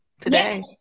today